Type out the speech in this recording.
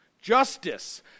justice